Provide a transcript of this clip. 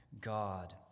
God